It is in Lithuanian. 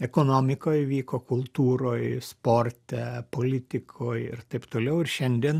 ekonomikoj vyko kultūroj sporte politikoj ir taip toliau ir šiandien